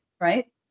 right